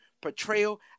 portrayal